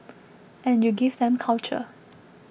and you give them culture